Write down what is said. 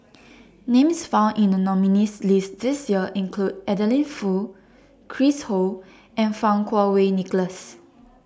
Names found in The nominees' list This Year include Adeline Foo Chris Ho and Fang Kuo Wei Nicholas